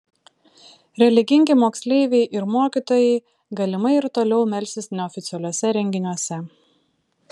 religingi moksleiviai ir mokytojai galimai ir toliau melsis neoficialiuose renginiuose